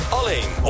alleen